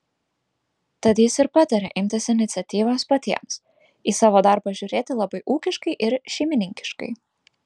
tad jis ir patarė imtis iniciatyvos patiems į savo darbą žiūrėti labai ūkiškai ir šeimininkiškai